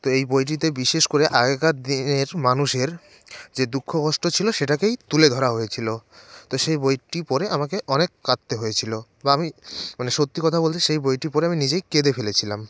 তো এই বইটিতে বিশেষ করে আগেকার দিনের মানুষের যে দুঃখ কষ্ট ছিল সেটাকেই তুলে ধরা হয়েছিল তো সেই বইটি পড়ে আমাকে অনেক কাঁদতে হয়েছিল বা আমি মানে সত্যি কথা বলতে সেই বইটি পড়ে আমি নিজেই কেঁদে ফেলেছিলাম